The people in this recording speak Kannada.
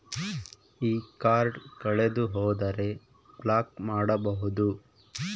ಈ ಕಾರ್ಡ್ ಕಳೆದು ಹೋದರೆ ಬ್ಲಾಕ್ ಮಾಡಬಹುದು?